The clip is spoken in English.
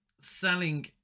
selling